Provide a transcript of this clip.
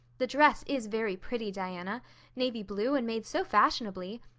the dress is very pretty, diana navy blue and made so fashionably.